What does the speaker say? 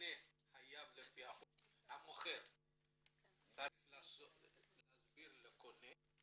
המוכר חייב לפי חוק, האם הוא צריך להסביר לקונה.